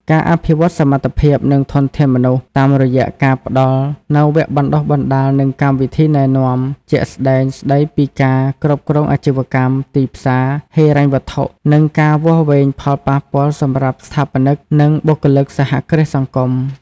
ការអភិវឌ្ឍសមត្ថភាព និងធនធានមនុស្ស តាមរយះការផ្តល់នូវវគ្គបណ្តុះបណ្តាល និងកម្មវិធីណែនាំ ជាក់ស្តែងស្តីពីការគ្រប់គ្រងអាជីវកម្ម ទីផ្សារ ហិរញ្ញវត្ថុ និងការវាស់វែងផលប៉ះពាល់សម្រាប់ស្ថាបនិក និងបុគ្គលិកសហគ្រាសសង្គម ។